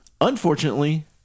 Unfortunately